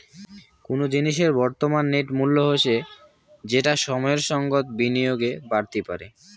কুনো জিনিসের বর্তমান নেট মূল্য হসে যেটা সময়ের সঙ্গত বিনিয়োগে বাড়তি পারে